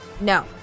No